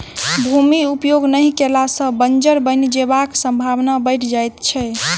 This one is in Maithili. भूमि उपयोग नहि कयला सॅ बंजर बनि जयबाक संभावना बढ़ि जाइत छै